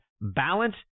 balance